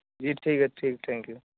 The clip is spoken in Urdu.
جی ٹھیک ہے ٹھیک تھینک یو